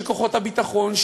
שכוחות הביטחון,